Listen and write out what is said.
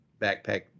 backpack